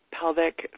pelvic